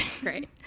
Great